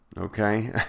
okay